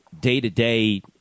day-to-day